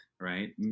right